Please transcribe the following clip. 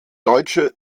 deutsche